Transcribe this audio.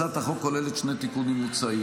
בגדול, הצעת החוק כוללת שני תיקונים מוצעים.